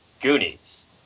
Goonies